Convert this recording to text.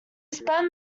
spent